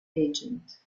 agent